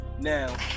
now